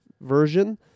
version